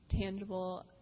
tangible